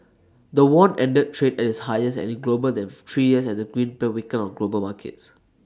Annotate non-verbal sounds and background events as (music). the won ended trade at its highest and in global than (noise) three years as the greenback weakened on global markets